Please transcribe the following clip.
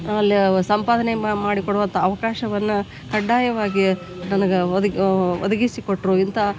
ಅಲ್ಲೇ ಸಂಪಾದನೆ ಮಾಡಿಕೊಡುವಂಥ ಅವಕಾಶವನ್ನ ಕಡ್ಡಾಯವಾಗಿ ನನಗೆ ಒದಗಿ ಒದಗಿಸಿಕೊಟ್ಟರು ಇಂಥ